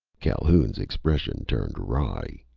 calhoun's expression turned wry.